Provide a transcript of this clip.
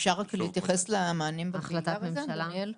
אפשר רק להתייחס למענים בקהילה, דניאל?